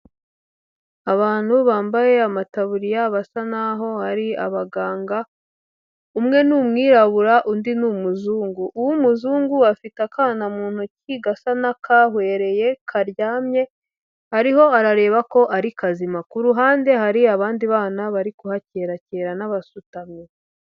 Abantu bambaye amataburiya basa naho ari abaganga, umwe ni umwirabura undi ni umuzungu, uw'umuzungu afite akana mu ntoki gasa n'akahwereye karyamye ariho arareba ko ari kazima, ku ruhande hari abandi bana bari kuhakerakera n'abasutamye.